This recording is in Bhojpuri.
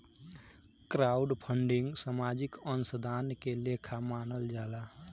क्राउडफंडिंग सामाजिक अंशदान के लेखा मानल जाला